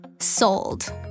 Sold